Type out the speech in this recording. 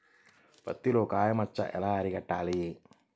పత్తిలో కాయ మచ్చ ఎలా అరికట్టాలి?